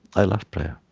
i love prayer